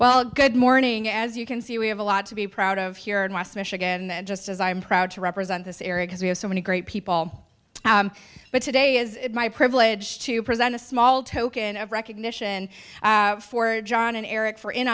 well good morning as you can see we have a lot to be proud of here in west michigan and just as i am proud to represent this area because we have so many great people but today is my privilege to present a small token of recognition for john and eric for in